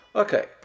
Okay